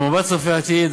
במבט צופה עתיד,